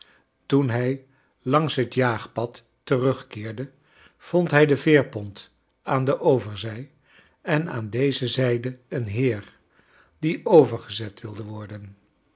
toen hij langs het jaagpad terugkeerde vond hij de veerpont aan de over zij en aa i deze zijde een heer die overgezet wilde worden